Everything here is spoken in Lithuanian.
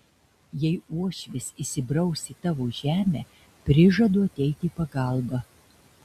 jei uošvis įsibraus į tavo žemę prižadu ateiti į pagalbą